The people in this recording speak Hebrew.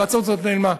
ההמלצה הזאת נעלמה,